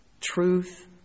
truth